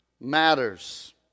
matters